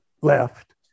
left